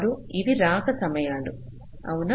ఇవి రాక సమయాలు అవునా